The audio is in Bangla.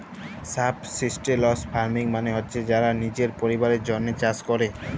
সাবসিস্টেলস ফার্মিং মালে হছে যারা লিজের পরিবারের জ্যনহে চাষ ক্যরে